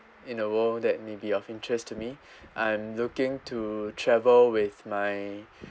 in the world that maybe of interest to me I'm looking to travel with my